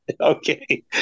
okay